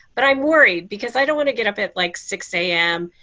but i'm worried because i don't want to get up at like six am.